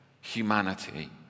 humanity